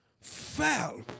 fell